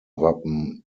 wappen